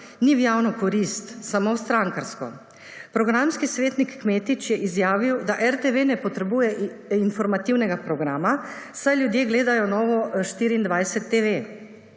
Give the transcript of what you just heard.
ni v javno korist, samo v strankarsko. Programski svetnik Kmetič je izjavil, da RTV ne potrebuje informativnega programa, saj ljudje gledajo Novo24TV.